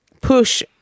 push